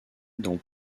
dans